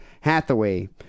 Hathaway